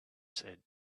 said